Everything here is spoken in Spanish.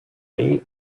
ahí